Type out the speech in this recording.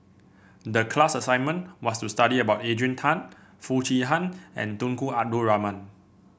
the class assignment was to study about Adrian Tan Foo Chee Han and Tunku Abdul Rahman